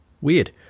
Weird